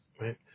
Right